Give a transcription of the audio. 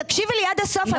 תקשיבי לי עד הסוף,